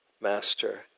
master